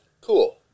cool